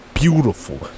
beautiful